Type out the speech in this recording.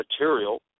material